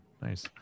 Nice